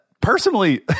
personally